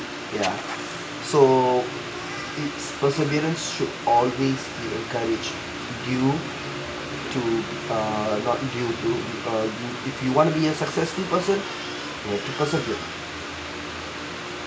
ya so it's perseverance should always be encouraged due to uh not due to uh you if you want be a successful person yeah you persevered